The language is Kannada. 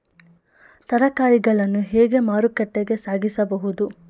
ತರಕಾರಿಗಳನ್ನು ಹೇಗೆ ಮಾರುಕಟ್ಟೆಗೆ ಸಾಗಿಸಬಹುದು?